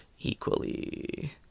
equally